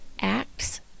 Acts